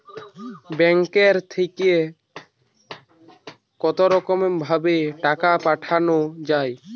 ব্যাঙ্কের থেকে কতরকম ভাবে টাকা পাঠানো য়ায়?